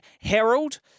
Herald